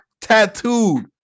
tattooed